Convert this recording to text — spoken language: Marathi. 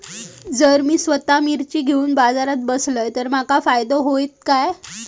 जर मी स्वतः मिर्ची घेवून बाजारात बसलय तर माका फायदो होयत काय?